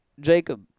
Jacob